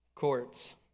courts